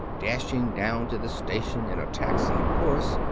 dashing down to the station in a taxi, of course.